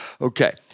Okay